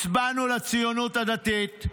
הצבענו לציונות הדתית,